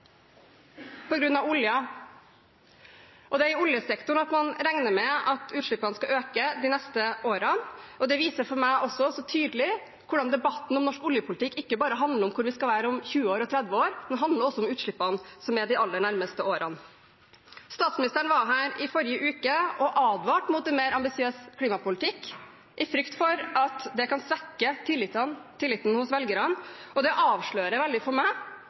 og det er i oljesektoren man regner med at utslippene skal øke de neste årene. Det viser meg tydelig hvordan debatten om norsk oljepolitikk ikke bare handler om hvor vi skal være om 20 år og 30 år. Den handler også om utslippene de aller nærmeste årene. Statsministeren var her i forrige uke og advarte mot en mer ambisiøs klimapolitikk i frykt for at det kan svekke tilliten hos velgerne, og det avslører for meg